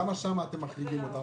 למה שם אתם מחריגים אותם?